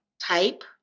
Type